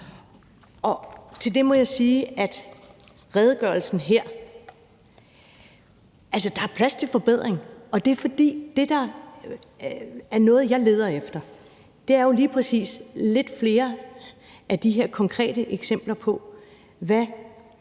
Og til det må jeg sige, at i forhold til redegørelsen her er der altså plads til forbedring, og noget af det, jeg leder efter, er jo lige præcis lidt flere af de her konkrete eksempler på, hvad